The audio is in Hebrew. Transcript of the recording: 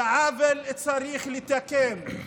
ועוול צריך לתקן.